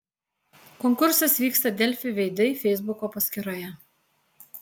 konkursas vyksta delfi veidai feisbuko paskyroje